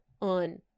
on